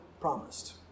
promised